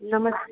नमस्ते